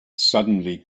suddenly